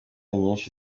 nyinshi